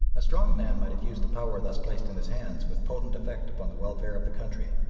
a strong man might have used the power thus placed in his hands with potent effect upon the welfare of the country,